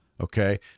Okay